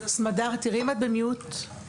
תנסי לסדר את זה ובהמשך ניתן לך את זכות הדיבור.